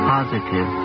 Positive